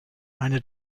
eine